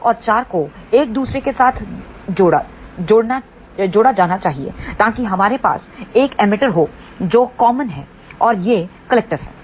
2 और 4 को एक दूसरे के साथ जोड़ा जाना चाहिए ताकि हमारे पास एक एमिटर हो जो कॉमन है और यह कलेक्टर है